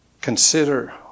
consider